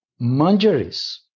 manjaris